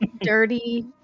dirty